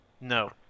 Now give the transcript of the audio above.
No